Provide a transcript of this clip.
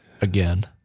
again